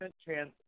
chance